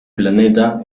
planeta